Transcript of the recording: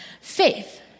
faith